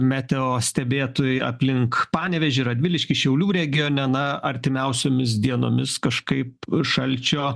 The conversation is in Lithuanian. meteoro stebėtojai aplink panevėžį radviliškį šiaulių regione na artimiausiomis dienomis kažkaip šalčio